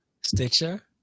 Stitcher